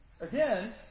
Again